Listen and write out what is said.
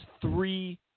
three